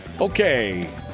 Okay